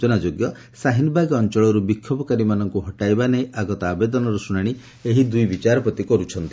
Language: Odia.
ସ୍ବଚନାଯୋଗ୍ୟ ସାହିନବାଗ ଅଞ୍ଚଳରୁ ବିକ୍ଷୋଭକାରୀମାନଙ୍କୁ ହଟାଇବା ନେଇ ଆଗତ ଆବେଦନର ଶୁଣାଣି ଏହି ଦୁଇ ବିଚାରପତି କରୁଛନ୍ତି